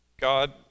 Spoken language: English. God